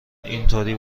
اینطوری